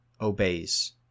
obeys